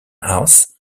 house